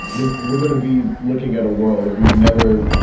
then we're going to be looking at a world that we've never,